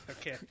Okay